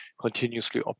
continuously